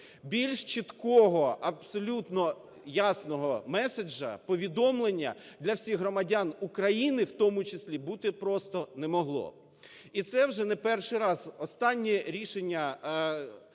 Більш чіткого, абсолютно ясного меседжа, повідомлення, для всіх громадян України в тому числі бути просто не могло. І це вже не перший раз. Останнє рішення